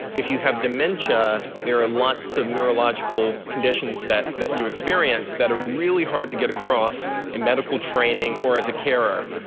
if you have dementia there are lots of neurological conditions that that you experience that are really hard to get across in medical training or as a carer.